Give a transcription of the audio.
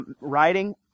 writing